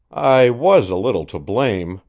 i was a little to blame,